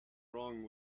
wrong